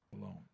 alone